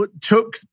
took